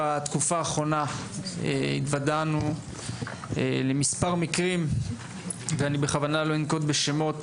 בתקופה האחרונה התוודענו למספר מקרים - בכוונה לא אנקוט בשמות